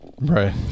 Right